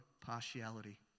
partiality